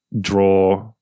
draw